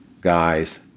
Guys